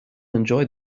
enjoy